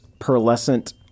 pearlescent